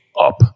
up